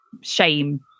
shame